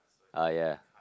ah ya